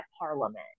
parliament